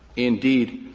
indeed,